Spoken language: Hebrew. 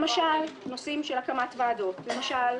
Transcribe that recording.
למשל, נושאים של הקמת ועדות, למשל,